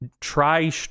try